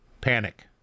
panic